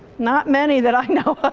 not many that i know